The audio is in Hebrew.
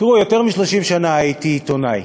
תראו, יותר מ-30 שנה הייתי עיתונאי.